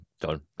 done